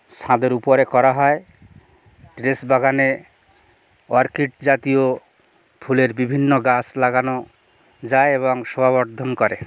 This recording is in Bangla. ছাদের উপরে করা হয় টেরেস বাগানে অর্কিড জাতীয় ফুলের বিভিন্ন গাছ লাগানো যায় এবং শোভা বর্ধন করে